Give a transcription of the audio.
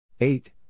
Eight